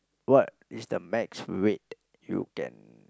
what is the max weight you can